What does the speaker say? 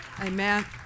Amen